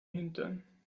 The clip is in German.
hintern